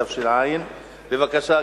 התש"ע 2010. בבקשה,